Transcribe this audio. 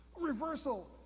reversal